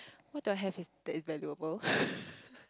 what do I have is that is valuable